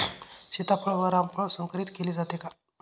सीताफळ व रामफळ संकरित केले जाते का?